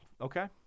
okay